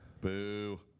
Boo